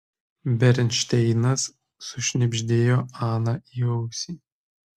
bernšteinas sušnibždėjo ana į ausį